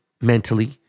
mentally